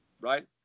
right